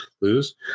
lose